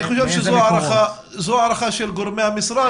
אני חושב שזו ההערכה של גורמי המשרד,